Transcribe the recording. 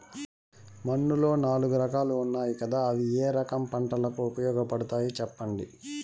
మన్నులో నాలుగు రకాలు ఉన్నాయి కదా అవి ఏ రకం పంటలకు ఉపయోగపడతాయి చెప్పండి?